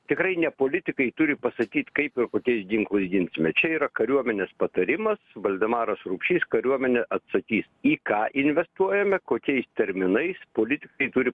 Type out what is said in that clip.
tikrai ne politikai turi pasakyt kaip ir kokiais ginklais ginsime čia yra kariuomenės patarimas valdemaras rupšys kariuomenė atsakys į ką investuojame kokiais terminais politikai turi